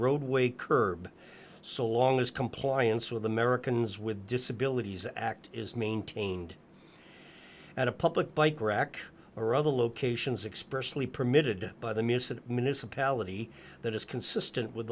roadway curb so long as compliance with the americans with disabilities act is maintained at a public bike rack or other locations expressly permitted by the missing municipality that is consistent with